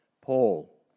Paul